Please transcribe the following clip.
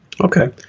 Okay